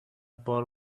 بار